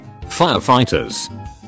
Firefighters